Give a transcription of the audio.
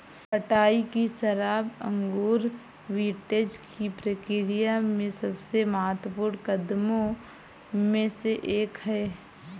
कटाई की शराब अंगूर विंटेज की प्रक्रिया में सबसे महत्वपूर्ण कदमों में से एक है